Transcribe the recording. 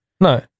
No